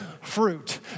fruit